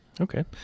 Okay